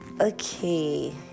Okay